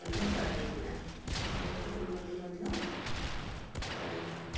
ମଧ୍ୟ କରାହୋଇଥିଲା ଆଉ ବହୁତୁ ଉନ୍ନତି ମଧ୍ୟ କରାହୋଇଥିଲା